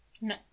No